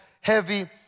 heavy